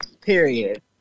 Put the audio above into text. period